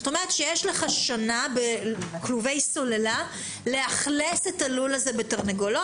זאת אומרת שיש לך שנה בכלובי סוללה לאכלס את הלול הזה בתרנגולות,